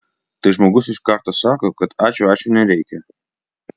tai žmogus iš karto sako kad ačiū ačiū nereikia